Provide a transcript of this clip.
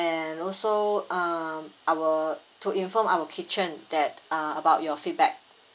and also um I'll to inform our kitchen that uh about your feedback